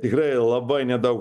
tikrai labai nedaug